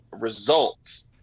results